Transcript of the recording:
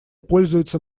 пользуется